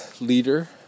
leader